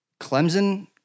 Clemson